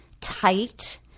tight